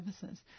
services